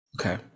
Okay